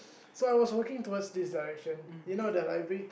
so I was walking towards this direction you know the library